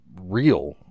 real